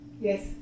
Yes